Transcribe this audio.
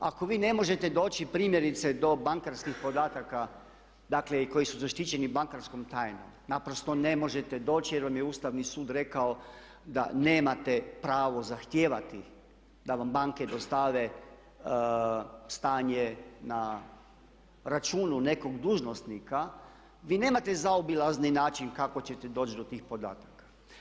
Ako vi ne možete doći primjerice do bankarskih podataka, dakle koji su zaštićeni bankarskom tajnom, naprosto ne možete doći jer vam je Ustavni sud rekao da nemate pravo zahtijevati da vam banke dostave stanje na računu nekog dužnosnika vi nemate zaobilazni način kako ćete doći do tih podataka.